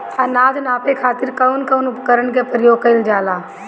अनाज नापे खातीर कउन कउन उपकरण के प्रयोग कइल जाला?